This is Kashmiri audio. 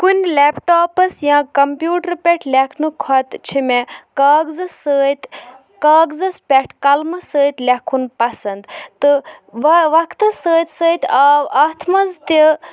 کُنہِ لیپٹاپَس یا کَمپیوٗٹرٕ پٮ۪ٹھ لیکھنہٕ کھۄتہٕ چھِ مےٚ کاغذٕ سۭتۍ کاغذَس پٮ۪ٹھ قلمہٕ سۭتۍ لیکھُن پَسنٛد تہٕ وَ وَقتَس سۭتۍ سۭتۍ آو اَتھ منٛز تہِ